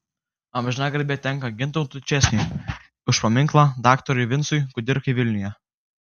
amžina garbė tenka gintautui česniui už paminklą daktarui vincui kudirkai vilniuje